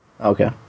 okay